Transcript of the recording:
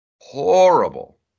horrible